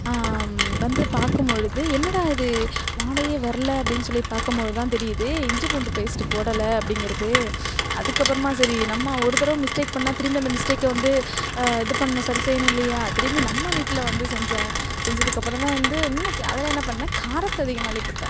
வந்து பார்க்கும் பொழுது என்னடா இது வாடையே வரல அப்படினு சொல்லி பார்க்கும் பொழுது தான் தெரியுது இஞ்சி பூண்டு பேஸ்டு போடலை அப்படிங்கிறது அதுக்கப்புறமா சரி நம்ம ஒரு தர மிஸ்டேக் பண்ணா திரும்பி அந்த மிஸ்டேக்கை வந்து இது பண்ணும் சரி செய்யாணு இல்லையா திரும்பி நம்ம வீட்டில் வந்து செஞ்சேன் செஞ்சதுக்கு அப்புறந்தான் வந்து இன்னும் அதில் என்ன பண்ணேன் காரத்தை அதிகமா அள்ளிப்போட்டேன்